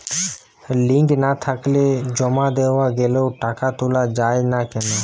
Link না থাকলে জমা দেওয়া গেলেও টাকা তোলা য়ায় না কেন?